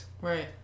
Right